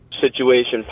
situation